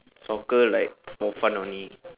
soccer like for fun only